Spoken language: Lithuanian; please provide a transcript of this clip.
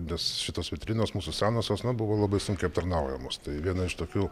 nes šitos vitrinos mūsų senosios na buvo labai sunkiai aptarnaujamos tai viena iš tokių